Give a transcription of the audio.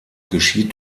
geschieht